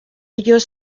ellos